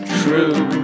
true